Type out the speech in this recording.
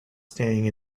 staying